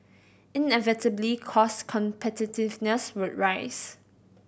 inevitably cost competitiveness would arise